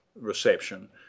reception